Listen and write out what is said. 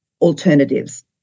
alternatives